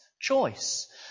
choice